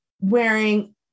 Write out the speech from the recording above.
wearing